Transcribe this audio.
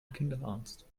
kinderarzt